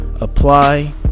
apply